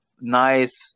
nice